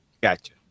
Gotcha